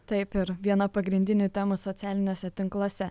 taip ir viena pagrindinių temų socialiniuose tinkluose